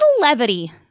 levity